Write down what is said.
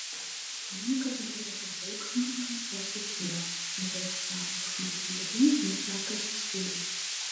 smuikas griežia džiaugsmo ir kančios etiudą ir vyresnio amžiaus žmonių veidais nuslenka šešėliai